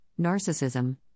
Narcissism